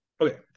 okay